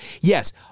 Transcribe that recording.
Yes